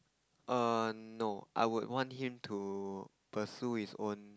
err no I would want him to pursue his own